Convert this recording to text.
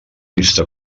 vista